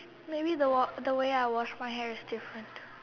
maybe the the way I wash my hair is different